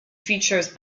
features